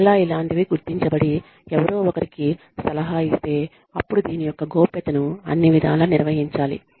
మరలా ఇలాంటివి గుర్తించబడి ఎవరో ఒకరికి సలహా ఇస్తే అప్పుడు దీని యొక్క గోప్యతను అన్ని విధాల నిర్వహించాలి